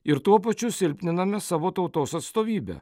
ir tuo pačiu silpniname savo tautos atstovybę